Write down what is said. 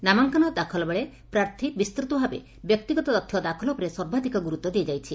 ନାମାଙ୍କନ ଦାଖଲ ବେଳେ ପ୍ରାର୍ଥୀ ବିସ୍ତତ ଭାବେ ବ୍ୟକ୍ତିଗତ ତଥ୍ୟ ଦାଖଲ ଉପରେ ସର୍ବାଧ୍କ ଗୁରୁତ୍ ଦିଆଯାଇଛି